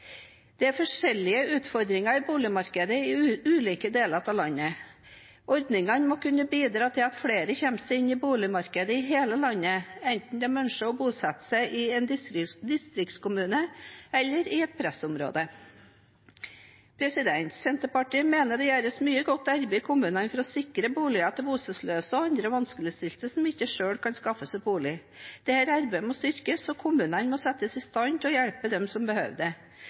Det er forskjellige utfordringer i boligmarkedet i ulike deler av landet. Ordningene må kunne bidra til at flere kommer seg inn i boligmarkedet i hele landet, enten de ønsker å bosette seg i en distriktskommune eller i et pressområde. Senterpartiet mener det gjøres mye godt arbeid i kommunene for å sikre boliger til bostedsløse og andre vanskeligstilte som ikke selv kan skaffe seg bolig. Dette arbeidet må styrkes, og kommunene må settes i stand til å hjelpe dem som behøver det.